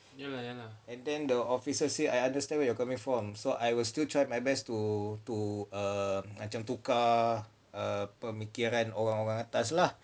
and then the officer say I understand where you're coming from so I will still try my best to to err macam tukar err pemikiran orang-orang atas lah